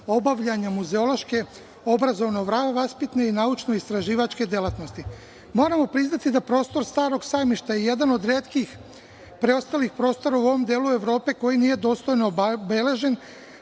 obavljanja muzeološke, obrazovno-vaspitne i naučno-istraživačke delatnosti. Moramo priznati da prostor Starog sajmišta je jedan od retkih preostalih prostora u ovom delu Evrope koji nije dostojno obeležen,